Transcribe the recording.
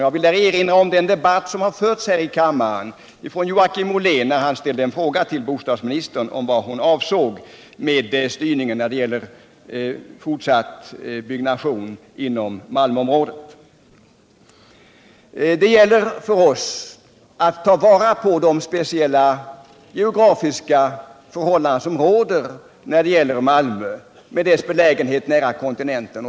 Jag vill erinrar om den debatt som fördes här i kammaren när Joakim Ollén ställde en fråga till bostadsministern om vad hon avsåg med styrningen när det gäller fortsatt byggnation inom Malmöområdet. Det gäller för oss a tt ta vara på de speciella geografiska förhållandena för Malmö med dess belägenhet nära kontinenten.